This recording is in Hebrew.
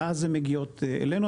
ואז הן מגיעות אלינו.